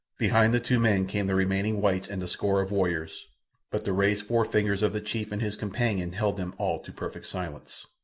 behind the two men came the remaining whites and a score of warriors but the raised forefingers of the chief and his companion held them all to perfect silence.